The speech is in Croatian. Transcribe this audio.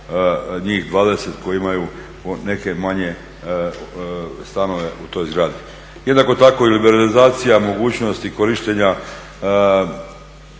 njih 20 koji imaju neke manje stanove u toj zgradi. Jednako tako liberalizacija mogućnosti korištenja